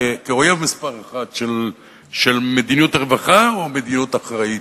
אויב מספר אחת של מדיניות הרווחה או מדיניות אחראית.